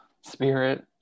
spirit